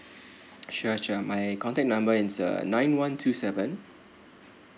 sure sure my contact number is uh nine one two seven